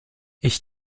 ich